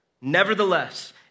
Nevertheless